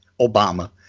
Obama